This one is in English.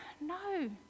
No